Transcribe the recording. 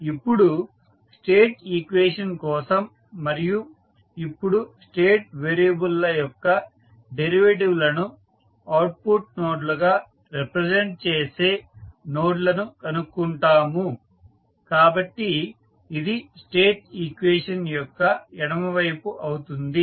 ఇప్పుడు state equation కోసం మనము ఇప్పుడు స్టేట్ వేరియబుల్ ల యొక్క డిరివేటివ్ లను అవుట్పుట్ నోడ్లుగా రిప్రజెంట్ చేసే నోడ్లను కనుక్కుంటాము కాబట్టి ఇది స్టేట్ ఈక్వేషన్ యొక్క ఎడమ వైపు అవుతుంది